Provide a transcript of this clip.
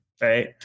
Right